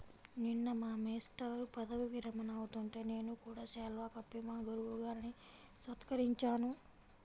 నిన్న మా మేష్టారు పదవీ విరమణ అవుతుంటే నేను కూడా శాలువా కప్పి మా గురువు గారిని సత్కరించాను